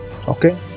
Okay